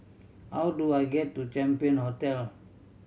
how do I get to Champion Hotel